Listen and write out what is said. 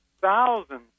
thousands